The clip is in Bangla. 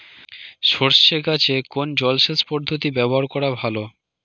সরষে গাছে কোন জলসেচ পদ্ধতি ব্যবহার করা ভালো?